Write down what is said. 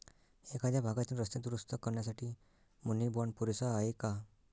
एखाद्या भागातील रस्ते दुरुस्त करण्यासाठी मुनी बाँड पुरेसा आहे का?